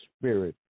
spirit